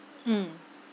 mm